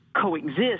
coexist